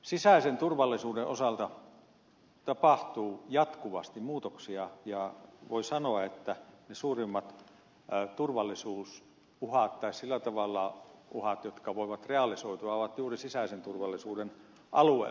sisäisen turvallisuuden osalta tapahtuu jatkuvasti muutoksia ja voi sanoa että ne suurimmat turvallisuusuhat tai sillä tavalla uhat jotka voivat realisoitua ovat juuri sisäisen turvallisuuden alueella